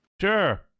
Sure